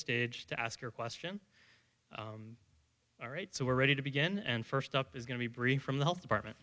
stage to ask your question all right so we're ready to begin and first up is going to be brief from the health department